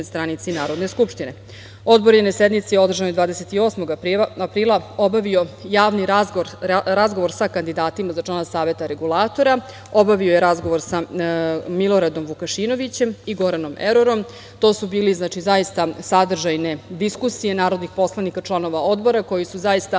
stranici Narodne skupštine. Odbor je na sednici održanoj 28. aprila obavio javni razgovor sa kandidatima za člana Saveta Regulatora, obavio je razgovor sa Miloradom Vukašinovićem i Goranom Erorom. To su bile zaista sadržajne diskusije narodnih poslanika članova Odbora, koji su zaista